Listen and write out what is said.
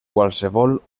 qualsevol